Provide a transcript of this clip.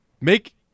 make